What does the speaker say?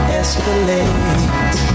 escalate